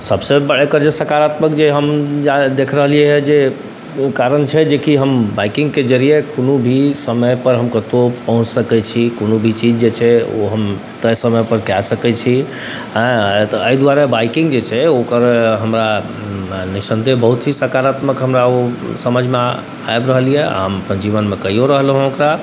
सबसँ जे एकर जे सकारात्मक जे हम देखि रहलिए हँ जे ओहि कारण छै जेकि हम बाइकिङ्गके जरिये कोनो भी समयपर हम कतहु पहुँच सकै छी कोनो भी चीज जे छै ओ हम तय समयपर कऽ सकै छी हँ एहि दुआरे बाइकिङ्ग जे छै ओकर हमरा निस्सन्देह बहुत ही सकारात्मक हमरा ओ समझमे आबि रहल अइ आओर हम अपना जीवनमे कैओ रहलहुँ हँ ओकरा